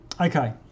Okay